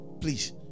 please